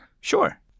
Sure